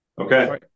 Okay